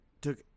took